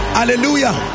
Hallelujah